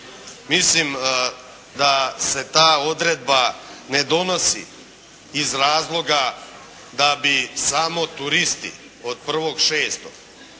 Mislim da se ta odredba ne donosi iz razloga da bi samo turisti od 1.6., to